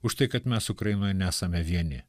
už tai kad mes ukrainoj nesame vieni